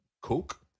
coke